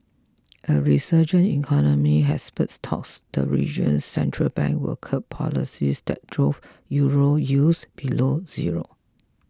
a resurgent economy has spurred talks the region's central bank will curb policies that drove euro yields below zero